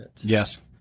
Yes